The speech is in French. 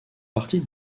partie